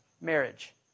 marriage